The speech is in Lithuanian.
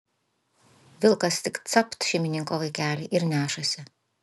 vilkas tik capt šeimininko vaikelį ir nešasi